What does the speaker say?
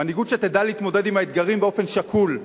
מנהיגות שתדע להתמודד עם האתגרים באופן שקול,